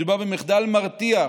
מדובר במחדל מרתיח,